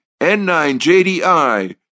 N9JDI